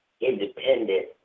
independent